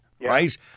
right